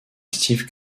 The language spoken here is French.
steve